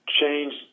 change